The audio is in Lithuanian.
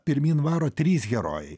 pirmyn varo trys herojai